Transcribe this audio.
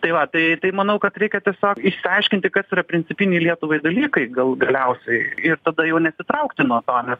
tai va tai tai manau kad reikia tiesiog išaiškinti kas yra principiniai lietuvai dalykai gal galiausiai ir tada jau nesitraukti nuo to nes